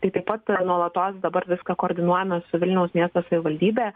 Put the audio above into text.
tai taip pat nuolatos dabar viską koordinuojame su vilniaus miesto savivaldybe